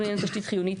חיונית,